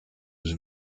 was